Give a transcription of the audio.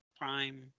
Prime